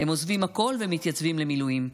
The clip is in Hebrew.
עוזבים הכול ומתייצבים למילואים.